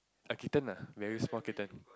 a kitten lah very small kitten